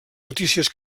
notícies